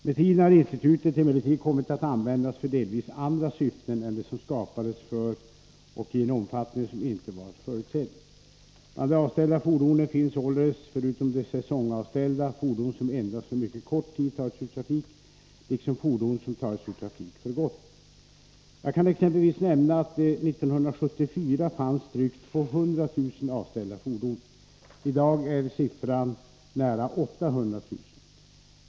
Med tiden har institutet emellertid kommit att användas för delvis andra syften än det som det skapades för och i en omfattning som inte var förutsedd. Bland de avställda fordonen finns således —-förutom de säsongavställda — fordon som endast för mycket kort tid tagits ur trafik liksom fordon som tagits ur trafik för gott. Jag kan exempelvis nämna att det 1974 fanns drygt 200 000 avställda fordon. I dag är siffran nära 800 000.